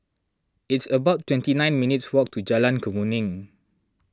it's about twenty nine minutes' walk to Jalan Kemuning